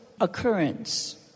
occurrence